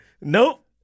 nope